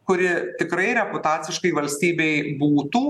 kuri tikrai reputaciškai valstybei būtų